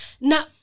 Now